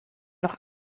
noch